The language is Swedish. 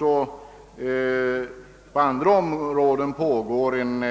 även på andra områden pågår en